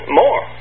more